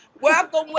welcome